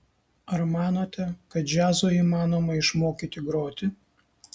ar manote kad džiazo įmanoma išmokyti groti